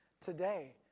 today